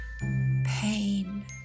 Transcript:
Pain